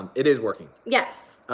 it is working. yes.